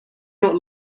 not